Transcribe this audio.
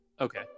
Okay